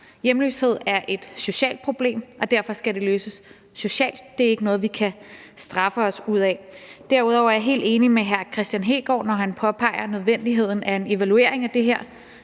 Hjemløshed er et socialt problem, og derfor skal det løses socialt; det er ikke noget, vi kan straffe os ud af. Derudover er jeg helt enig med hr. Kristian Hegaard, når han påpeger nødvendigheden af en evaluering af det her,